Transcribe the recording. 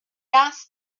asked